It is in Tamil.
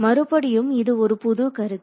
மறுபடியும் இது ஒரு புது கருத்து